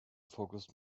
focused